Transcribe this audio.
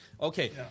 Okay